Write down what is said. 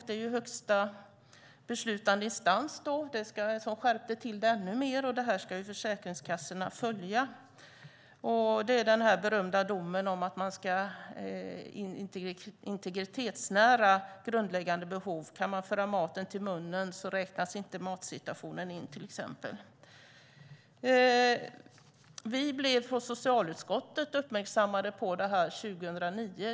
Det var högsta beslutande instans som skärpte till det ännu mer. Det här ska försäkringskassorna följa. Det är den berömda domen om att man ska ha integritetsnära grundläggande behov. Kan man föra maten till munnen räknas inte matsituationen in till exempel. Vi blev i socialutskottet uppmärksammade på det här 2009.